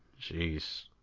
Jeez